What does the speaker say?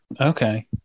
Okay